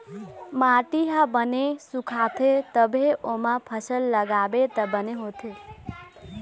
माटी ह बने सुखाथे तभे ओमा फसल लगाबे त बने होथे